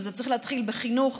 וזה צריך להתחיל בחינוך,